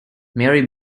mary